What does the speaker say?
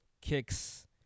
kicks